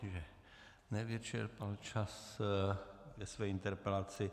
I že nevyčerpal čas ve své interpelaci.